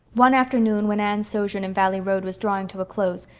one afternoon, when anne's sojourn in valley road was drawing to a close,